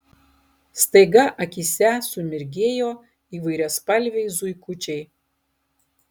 staiga akyse sumirgėjo įvairiaspalviai zuikučiai